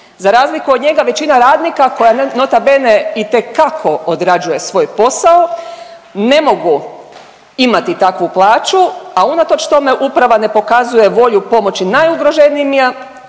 Za razliku od njega većina radnika koja nota bene itekako odrađuje svoj posao ne mogu imati takvu plaću, a unatoč tome uprava ne pokazuje volju pomoći najugroženijima,